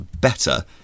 better